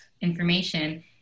information